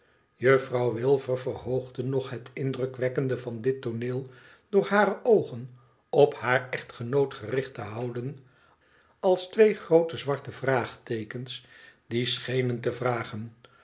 juffrouw wilfer verhoogde nog het indrukwekkende van dit tooneel door hare oogen op haar echtgenoot gericht te houden als twee groote zwarte vraagteekens die schenen te vragen